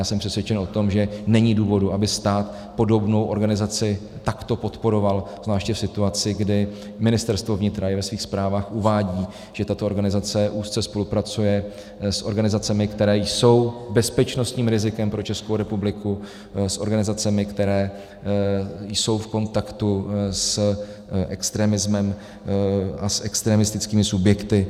A já jsem přesvědčen o tom, že není důvodu, aby stát podobnou organizaci takto podporoval, zvláště v situaci, kdy Ministerstvo vnitra i ve svých zprávách uvádí, že tato organizace úzce spolupracuje s organizacemi, které jsou bezpečnostním rizikem pro Českou republiku, s organizacemi, které jsou v kontaktu s extremismem a s extremistickými subjekty.